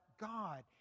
God